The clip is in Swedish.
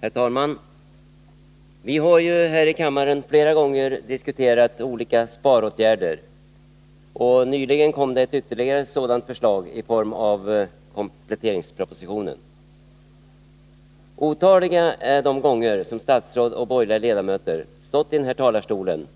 Herr talman! Vi har ju här i kammaren flera gånger diskuterat olika sparåtgärder, och nyligen kom det ytterligare ett sådant förslag i form av kompletteringspropositionen. Otaliga är de gånger som statsråd och borgerliga ledamöter stått i den här talarstolen